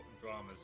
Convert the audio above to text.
dramas